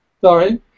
Sorry